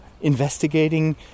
investigating